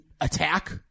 attack